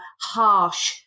harsh